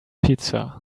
pizza